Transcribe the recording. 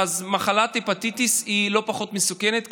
מחלת ההפטיטיס היא לא פחות מסוכנת,